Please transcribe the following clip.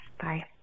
Bye